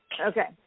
Okay